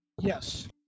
Yes